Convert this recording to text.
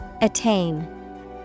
Attain